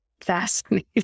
fascinating